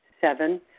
Seven